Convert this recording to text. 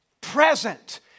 present